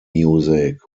music